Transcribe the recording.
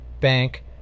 bank